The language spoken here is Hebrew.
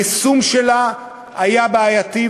היישום שלה היה בעייתי,